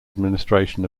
administration